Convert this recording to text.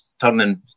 turning